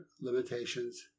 limitations